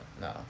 no